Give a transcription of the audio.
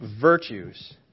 virtues